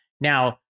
Now